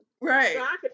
right